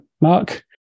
Mark